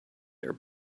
air